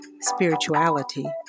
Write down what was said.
spirituality